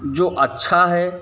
जो अच्छा है